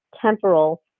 temporal